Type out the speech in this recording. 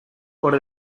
por